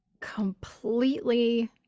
completely